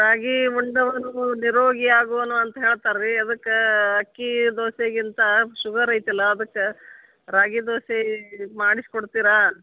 ರಾಗಿ ಉಂಡವನು ನಿರೋಗಿಯಾಗುವನು ಅಂತ ಹೇಳ್ತಾರೆ ರಿ ಅದಕ್ಕೆ ಅಕ್ಕಿ ದೋಸೆಗಿಂತ ಶುಗರ್ ಐತಲ್ಲ ಅದಕ್ಕೆ ರಾಗಿ ದೋಸೆ ಮಾಡಿಸಿಕೊಡ್ತೀರಾ